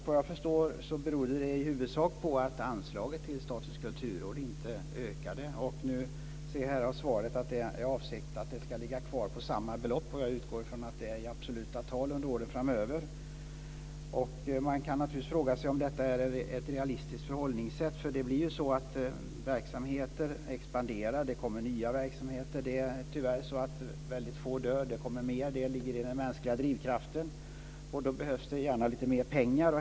Vad jag förstår berodde det i huvudsak på att anslaget till Statens kulturråd inte ökade. Nu hörde jag i svaret att avsikten är att det ska ligga kvar på samma belopp under åren framöver. Jag utgår från att det är i absoluta tal. Man kan naturligtvis fråga sig om det är ett realistiskt förhållningssätt. Verksamheter expanderar. Det kommer nya verksamheter. Få verksamheter dör. Det blir mer; det ligger i den mänskliga drivkraften. Då behövs det gärna lite mer pengar.